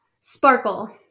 Sparkle